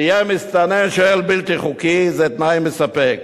תהיה מסתנן, שוהה בלתי חוקי, זה תנאי מספק.